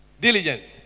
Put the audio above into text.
diligence